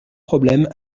problème